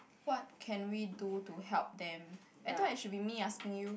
what can we do to help them I thought it should be me asking you